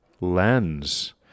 lens